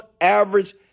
average